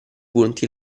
punti